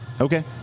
okay